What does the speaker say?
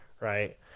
right